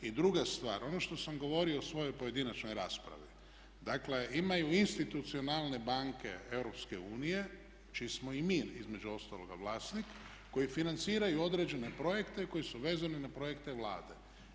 I druga stvar, ono što sam govorio u svojoj pojedinačnoj raspravi, dakle imaju institucionalne banke Europske unije čiji smo i mi između ostaloga vlasnik koji financiraju određene projekte koji su vezani na projekte Vlade.